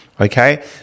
Okay